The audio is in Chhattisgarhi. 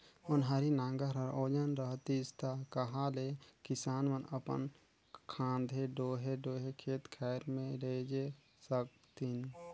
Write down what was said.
ओन्हारी नांगर हर ओजन रहतिस ता कहा ले किसान मन अपन खांधे डोहे डोहे खेत खाएर मे लेइजे सकतिन